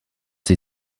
sie